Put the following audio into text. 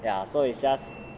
ya so is just